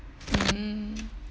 mmhmm